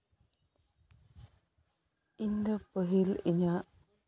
ᱤᱧ ᱫᱚ ᱯᱟᱹᱦᱤᱞ ᱤᱧᱟᱹᱜ